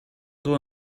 door